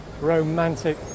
romantic